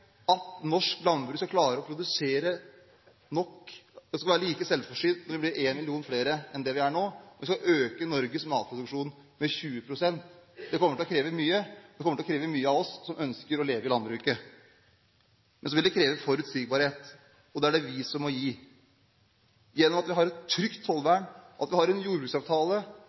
at norsk landbruk skal klare å produsere nok, at vi skal være like selvforsynte når vi blir en million flere enn vi er nå. Vi skal øke Norges matproduksjon med 20 pst. Det kommer til å kreve mye. Det kommer til å kreve mye av oss som ønsker å leve av landbruket. Men det vil kreve forutsigbarhet, og det er det vi som må gi gjennom et trygt tollvern, en jordbruksavtale og politikere som er villige til å bruke ressurser, slik at